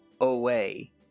away